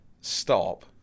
Stop